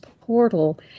portal